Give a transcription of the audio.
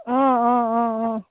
অঁ অঁ অঁ অঁ